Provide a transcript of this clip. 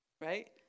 Right